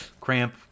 cramp